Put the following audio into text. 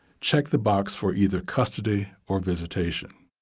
check the box for either custody or visitation.